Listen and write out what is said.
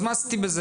אז מה עשיתי בזה?